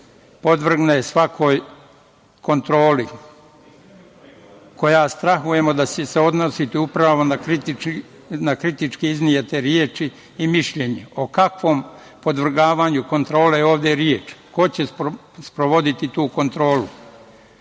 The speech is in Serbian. podvrgne svakoj kontroli koja strahujemo da će se odnositi upravo na kritički iznete reči i mišljenje.O kakvom podvrgavanju kontrole je ovde reč? Ko će sprovoditi tu kontrolu? Po